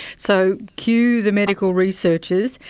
so cue the medical researchers.